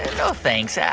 no, thanks. yeah